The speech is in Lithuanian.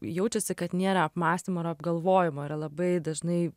jaučiasi kad nėra apmąstymo ir apgalvojimo yra labai dažnai